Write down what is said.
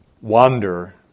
wander